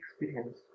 experience